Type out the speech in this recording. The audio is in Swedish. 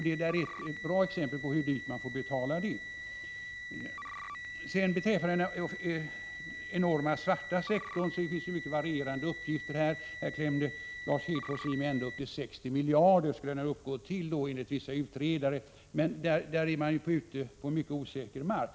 Det är ett bra exempel på hur dyrt man får betala för det. Beträffande den enormt stora svarta sektorn finns det mycket varierande uppgifter. Lars Hedfors klämde i med att den skulle uppgå till 60 miljarder enligt vissa utredare. Men här är man ute på mycket osäker mark.